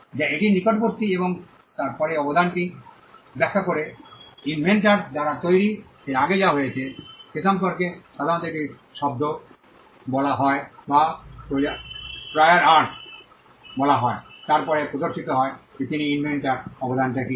যা এটির নিকটবর্তী এবং তারপরে অবদানটি ব্যাখ্যা করে ইনভেন্টর দ্বারা তৈরি এর আগে যা হয়েছে সে সম্পর্কে সাধারণত একটি শব্দ বলা হয় যা প্র্যায়ের আর্ট বলা হয় এবং তারপরে প্রদর্শিত হয় যে তিনি ইনভেন্টর অবদানটি কী